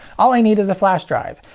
all i need is a flash drive.